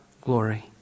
glory